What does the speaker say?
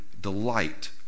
delight